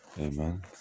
Amen